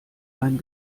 einen